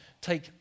take